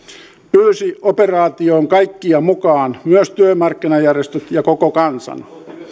pyysi operaatioon kaikkia mukaan myös työmarkkinajärjestöt ja koko kansan